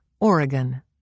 Oregon